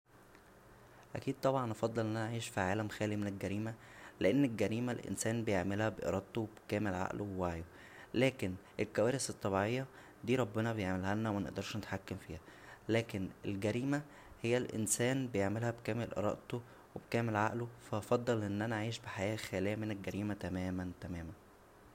اكيد طبعا افضل ان انا اعيش فى عالم خالى من الجريمه لان الجريمه الانسان بيعملها ب ارادته و بكامل عقله و وعيه لكن الكوارث الطبيعيه دى ربنا بيعملهالنا منقدرش نتحكم فيها لكن الجريمه هى الانسان بيعملها بكامل ارادته و بكامل عقله فا هفضل ان انا اعيش ب حياه خاليه من الجريمه تماما تماما